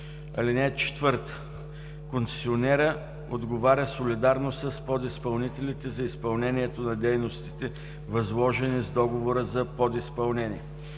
заявлението. (4) Концесионерът отговаря солидарно с подизпълнителя за изпълнението на дейностите, възложени с договора за подизпълнение“.